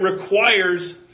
requires